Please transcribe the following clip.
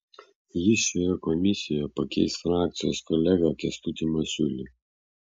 jis šioje komisijoje pakeis frakcijos kolegą kęstutį masiulį